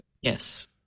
Yes